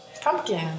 Pumpkin